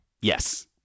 Yes